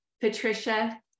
Patricia